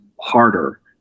harder